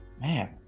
man